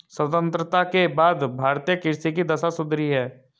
स्वतंत्रता के बाद भारतीय कृषि की दशा सुधरी है